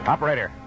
Operator